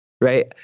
right